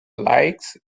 likes